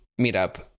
meetup